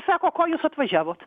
sako ko jūs atvažiavot